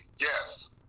yes